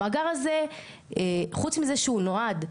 המאגר הזה, חוץ מזה שהוא נועד,